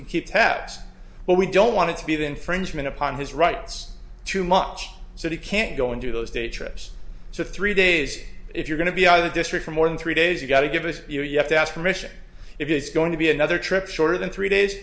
we keep tabs but we don't want to be the infringement upon his rights too much so he can't go into those day trips to three days if you're going to be either this or for more than three days you got to give us you you have to ask permission if it's going to be another trip shorter than three days